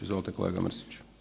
Izvolite kolega Mrsiću.